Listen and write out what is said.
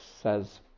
says